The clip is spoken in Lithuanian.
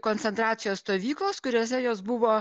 koncentracijos stovyklos kuriose jos buvo